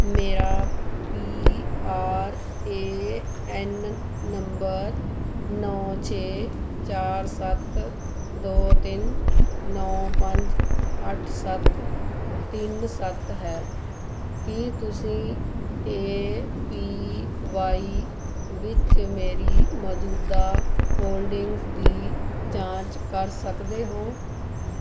ਮੇਰਾ P R A N number ਨੌਂ ਛੇ ਚਾਰ ਸੱਤ ਦੋ ਤਿੰਨ ਨੌਂ ਪੰਜ ਅੱਠ ਸੱਤ ਤਿੰਨ ਸੱਤ ਹੈ ਕੀ ਤੁਸੀਂ ਏ ਪੀ ਵਾਈ ਵਿੱਚ ਮੇਰੀ ਮੌਜੂਦਾ ਹੋਲਡਿੰਗਜ਼ ਦੀ ਜਾਂਚ ਕਰ ਸਕਦੇ ਹੋ